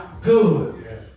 good